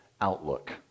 outlook